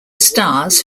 stars